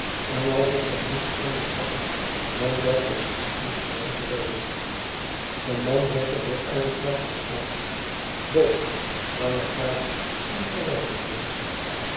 en alsof zij niets anders dacht dan dat de suisse die gewoonte wel wist de man werd er door uit het veld geslagen boog nam het kaartje aan en verwijderde zich